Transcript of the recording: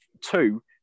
Two